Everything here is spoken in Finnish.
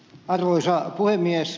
arvoisa puhemies